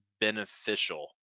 beneficial